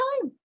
time